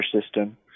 system